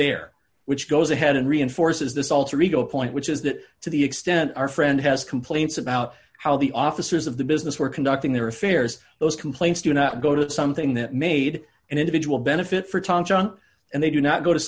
there which goes ahead and reinforces this alter ego point which is that to the extent our friend has complaints about how the officers of the business were conducting their affairs those complaints do not go to something that made an individual benefit for tom john and they do not go to